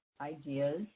ideas